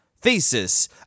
thesis